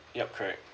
yup correct